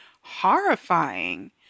horrifying